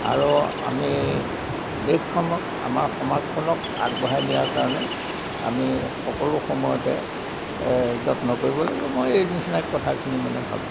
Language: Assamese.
আৰু আমি দেশখনক আমাৰ সমাজখনক আগবঢ়াই নিয়াৰ কাৰণে আমি সকলো সময়তে যত্ন কৰিব লাগিব মই এই নিচিনাই কথাখিনি মানে ভাবিছোঁ